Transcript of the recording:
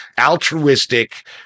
altruistic